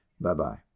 Bye-bye